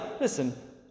listen